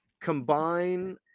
combine